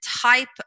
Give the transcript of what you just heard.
type